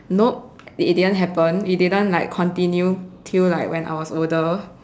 nope it didn't happen it didn't like continue till like when I was older